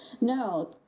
No